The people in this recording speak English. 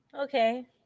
Okay